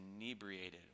inebriated